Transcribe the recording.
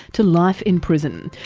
to life in prison.